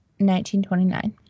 1929